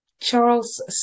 Charles